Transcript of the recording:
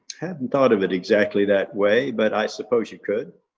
hadn't thought of it exactly that way, but i suppose you could